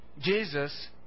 Jesus